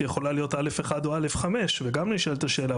היא יכולה להיות א/1 או א/5 וגם נשאלת השאלה,